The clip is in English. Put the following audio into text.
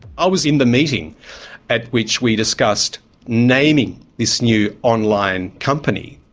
i was in the meeting at which we discussed naming this new online company.